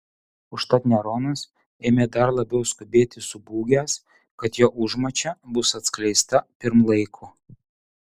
užtat neronas ėmė dar labiau skubėti subūgęs kad jo užmačia bus atskleista pirm laiko